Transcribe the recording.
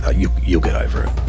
ah you'll you'll get over